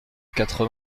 quatre